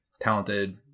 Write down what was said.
talented